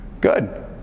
Good